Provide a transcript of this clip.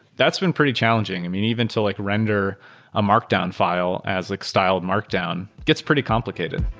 that's been pretty challenging. i mean, even to like render a markdown file as like styled markdown gets pretty complicated.